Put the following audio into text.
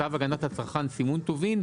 צו הגנת הצרכן (סימון טובין),